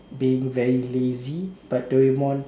being very lazy but Doraemon